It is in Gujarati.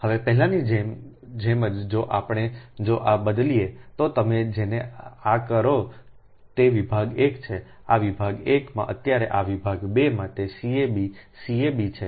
હવે પહેલાની જેમ જ જો આપણે જો આ બદલીએ તો તમે જેને આ કરો તે વિભાગ 1 છે આ વિભાગ 1 માં અત્યારે આ વિભાગ 2 માં તે cab c a b છે